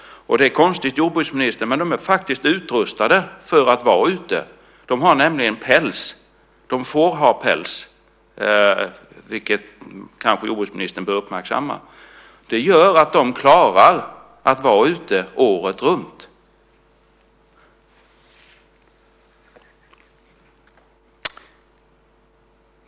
Och det är konstigt, jordbruksministern, men de är faktiskt utrustade för att vara ute. De har nämligen päls. De får ha päls, vilket jordbruksministern kanske bör uppmärksamma. Det gör att de klarar att vara ute året runt.